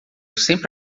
sempre